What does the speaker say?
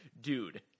dude